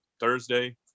Thursday